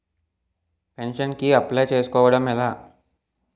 Pension కి apply చేసుకోవడం ఎలా?